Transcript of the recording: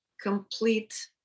complete